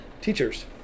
teachers